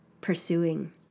pursuing